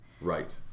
Right